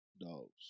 Dogs